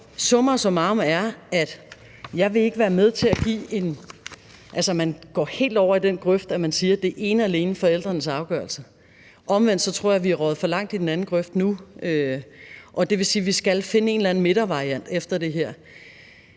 summa summarum er, at jeg ikke vil være med til, at man går helt over i den grøft, at man siger, at det ene og alene er forældrenes afgørelse. Omvendt tror jeg, vi er røget for langt over i den anden grøft. Det vil sige, at vi her skal finde en eller anden variant midt imellem.